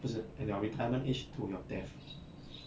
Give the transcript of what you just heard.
不是 and your retirement age to your death